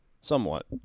Somewhat